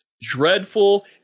dreadful